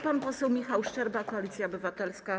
Pan poseł Michał Szczerba, Koalicja Obywatelska.